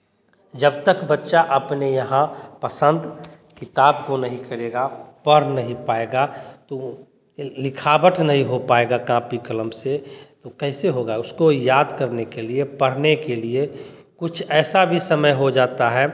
जब तक बच्चा अपने यहाँ पसंद किताब को नहीं करेगा पढ़ नहीं पाएगा तो लिखावट नहीं हो पाएगा काँपी कलम से तो कैसे होगा उसको याद करने के लिए पढ़ने के लिए कुछ ऐसा भी समय हो जाता है